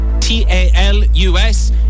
T-A-L-U-S